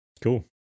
Cool